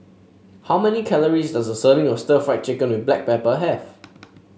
how many calories does a serving of stir Fry Chicken with Black Pepper have